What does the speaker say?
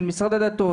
של משרד הדתות,